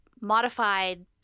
modified